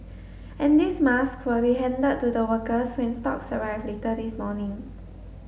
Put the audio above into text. and these masks will be handed to the workers when stocks arrive later this morning